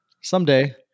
someday